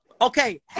okay